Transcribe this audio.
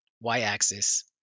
Y-Axis